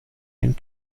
den